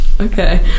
Okay